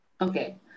Okay